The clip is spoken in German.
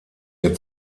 ihr